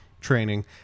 training